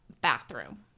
Bathroom